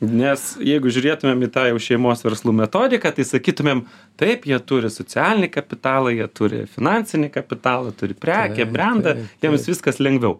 nes jeigu žiūrėtumėm į tą jau šeimos verslų metodiką tai sakytumėm taip jie turi socialinį kapitalą jie turi finansinį kapitalą turi prekę brendą jiems viskas lengviau